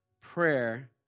prayer